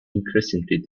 increasingly